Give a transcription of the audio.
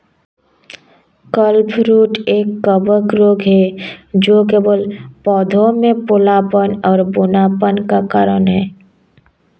clubroot एक कवक रोग है जो केवल पौधों में पीलापन और बौनापन का कारण है